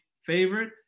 favorite